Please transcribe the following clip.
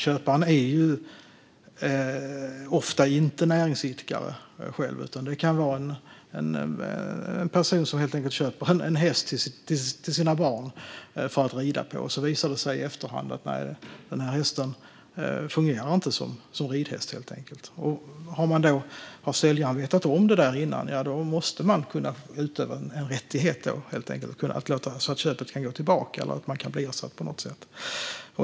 Köparen är ju ofta inte själv näringsidkare, utan det kan vara en person som helt enkelt köper en häst åt sina barn att rida på, och så visar det sig i efterhand att hästen inte fungerar som ridhäst. Har säljaren vetat om detta innan måste man kunna utöva en rättighet att låta köpet gå tillbaka eller att bli ersatt på något sätt.